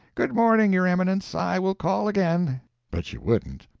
good morning, your eminence, i will call again' but you wouldn't.